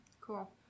Cool